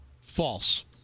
False